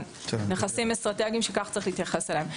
נכסים אסטרטגיים שכך צריך להתייחס אליהם.